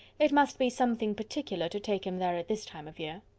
it must be something particular, to take him there at this time of year.